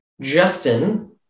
Justin